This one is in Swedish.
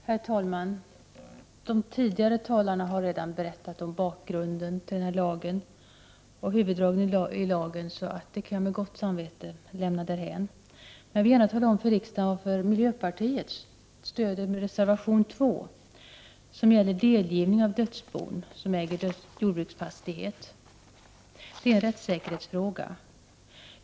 Herr talman! Tidigare talare i denna debatt har redan talat om bakgrunden till den här lagen och om huvuddragen i denna. Därför kan jag med gott samvete lämna dessa saker därhän. Jag vill gärna tala om för riksdagen varför vi i miljöpartiet stöder reservation 2, som gäller delgivning av dödsbon som äger jordbruksfastighet. Det är en rättssäkerhetsfråga.